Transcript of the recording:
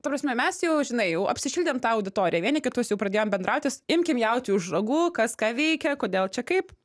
ta prasme mes jau žinai jau apsišildėm tą auditoriją vieni kitus jau pradėjom bendrautis imkim jautį už ragų kas ką veikia kodėl čia kaip